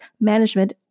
Management